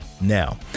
now